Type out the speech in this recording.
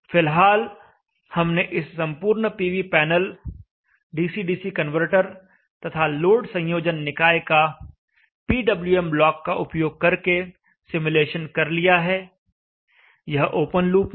फिलहाल हमने इस संपूर्ण PV panel DC DC converter तथा लोड संयोजन निकाय का पीडब्ल्यूएम ब्लॉक का उपयोग करके सिमुलेशन कर लिया है यह ओपन लूप में है